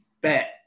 bet